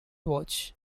watch